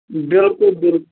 بِلکُل بِل